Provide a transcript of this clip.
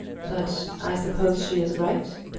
but i suppose she is right?